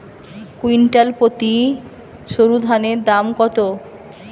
Quintal প্রতি সরুধানের দাম কত?